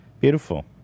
Beautiful